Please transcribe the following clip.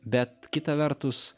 bet kita vertus